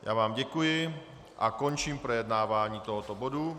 Já vám děkuji a končím projednávání tohoto bodu.